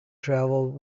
travelled